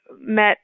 met